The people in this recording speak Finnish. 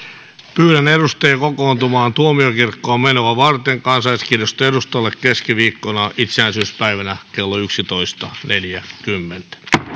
pyydän edustajia kokoontumaan tuomiokirkkoon menoa varten kansalliskirjaston edustalle keskiviikkona itsenäisyyspäivänä kello yksitoista neljäkymmentä